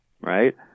right